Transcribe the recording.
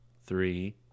three